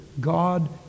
God